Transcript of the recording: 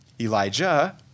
Elijah